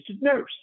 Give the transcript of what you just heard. nurse